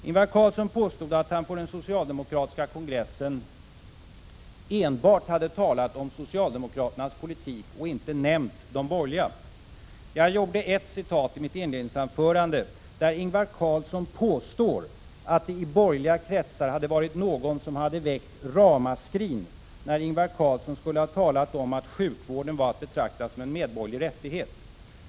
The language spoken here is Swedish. Ingvar Carlsson påstod att han på den socialdemokratiska kongressen hade talat enbart om socialdemokraternas politik och inte nämnt de borgerliga. Jag läste i mitt inledningsanförande upp ett citat, i vilket Ingvar Carlsson påstår att det i borgerliga kretsar hade varit någon som hade väckt ett ramaskri, när Ingvar Carlsson skulle ha talat om att sjukvården var att betrakta som en medborgerlig rättighet.